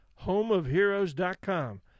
homeofheroes.com